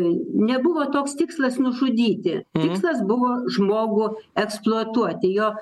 nebuvo toks tikslas nužudyti tikslas buvo žmogų eksploatuoti jo